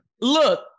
Look